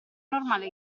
normale